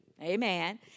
Amen